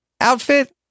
outfit